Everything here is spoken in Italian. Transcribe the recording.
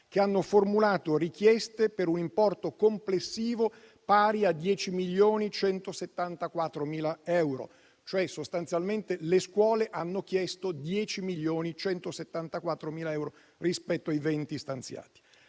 che hanno formulato richieste per un importo complessivo pari a 10,174 milioni: sostanzialmente le scuole hanno chiesto 10,174 milioni di euro rispetto ai 20 stanziati.